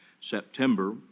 September